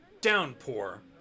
downpour